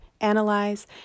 analyze